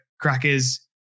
crackers